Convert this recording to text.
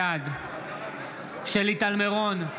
בעד שלי טל מירון,